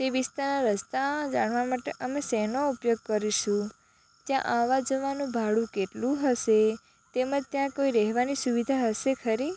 તે વિસ્તારમાં રસ્તા જાણવા માટે અમે શેનો ઉપયોગ કરીશું ત્યાં આવા જવાનું ભાડું કેટલું હશે તેમ જ ત્યાં રેહવાની સુવિધા હશે ખરી